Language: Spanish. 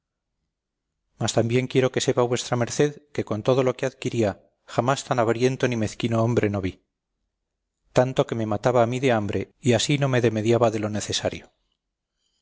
mas también quiero que sepa vuestra merced que con todo lo que adquiría jamás tan avariento ni mezquino hombre no vi tanto que me mataba a mí de hambre y así no me demediaba de lo necesario